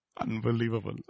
Unbelievable